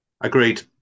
Agreed